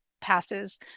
passes